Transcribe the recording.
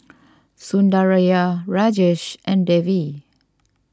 Sundaraiah Rajesh and Devi